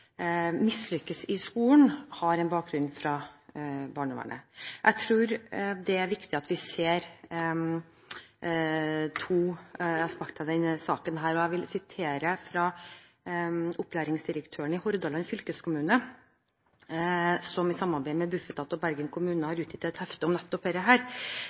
mislykkes i skolen, har en bakgrunn fra barnevernet. Jeg tror det er viktig at vi ser på to aspekter ved denne saken. Jeg vil først sitere opplæringsdirektøren i Hordaland fylkeskommune, som i samarbeid med Bufetat og Bergen kommune har utgitt et hefte om nettopp